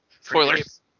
Spoilers